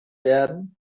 werden